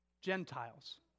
Gentiles